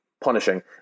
punishing